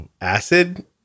acid